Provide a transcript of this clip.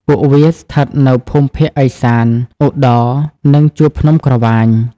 ពួកវាស្ថិតនៅភូមិភាគឦសាន ឧត្តរ និងជួរភ្នំក្រវាញ។